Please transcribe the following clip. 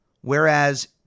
Whereas